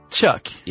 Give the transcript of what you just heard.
Chuck